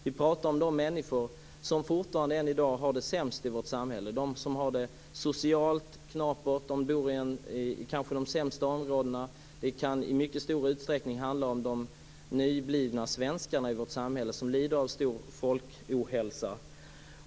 Vi pratar om de människor som fortfarande, än i dag, har det sämst i vårt samhälle - de som har det socialt knapert och kanske bor i de sämsta områdena. Det kan i mycket stor utsträckning handla om de nyblivna svenskarna i vårt samhälle, som lider av stor folkohälsa.